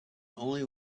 only